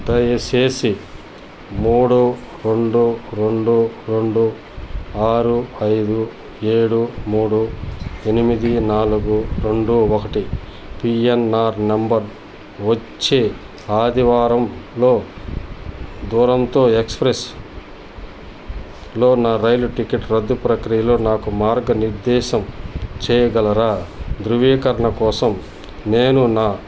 దయచేసి మూడు రెండు రెండు రెండు ఆరు ఐదు ఏడు మూడు ఎనిమిది నాలుగు రెండు ఒకటి పిఎన్ఆర్ నంబర్ వచ్చే ఆదివారంలో దూరంతో ఎక్స్ప్రెస్లో నా రైలు టికెట్ రద్దు ప్రక్రియలో నాకు మార్గనిర్దేశం చెయ్యగలరా ధృవీకరణ కోసం నేను నా